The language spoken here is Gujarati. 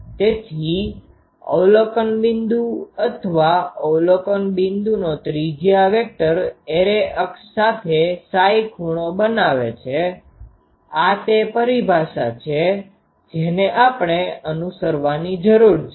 તેથી અવલોકન બિંદુ અથવા અવલોકન બિંદુનો ત્રિજ્યા વેક્ટર એરે અક્ષ સાથે Ψ ખૂણો બનાવે છે આ તે પરિભાષા છે જેને આપણે અનુસરવાની છે